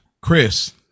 Chris